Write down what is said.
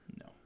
No